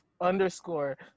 underscore